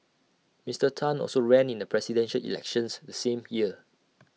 Mister Tan also ran in the Presidential Elections the same year